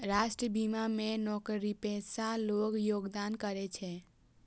राष्ट्रीय बीमा मे नौकरीपेशा लोग योगदान करै छै